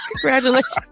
Congratulations